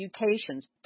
mutations